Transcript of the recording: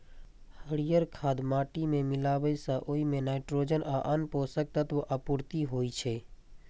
हरियर खाद माटि मे मिलाबै सं ओइ मे नाइट्रोजन आ आन पोषक तत्वक आपूर्ति होइ छै